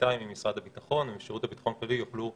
עמיתיי ממשרד הביטחון ומשירות הביטחון הכללי יוכלו,